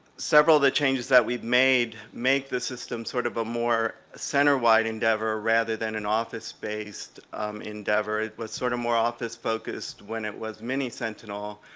several of the changes that we've made make the system sort of a more center-wide endeavor rather than an office-based endeavor, it was sort of more office-focused when it was mini-sentinel.